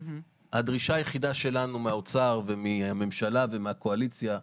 הדרישה היחידה שלנו מהאוצר ומהממשלה ומהקואליציה,